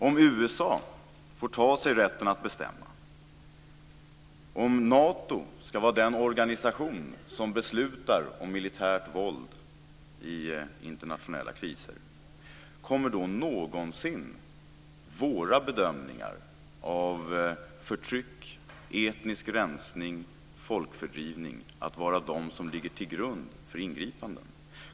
Om USA får ta sig rätten att bestämma, om Nato skall vara den organisation som beslutar om militärt våld i internationella kriser, kommer då någonsin våra bedömningar av förtryck, etnisk rensning och folkfördrivning att vara de som ligger till grund för ingripanden?